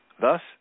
Thus